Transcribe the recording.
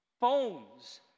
phones